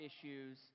issues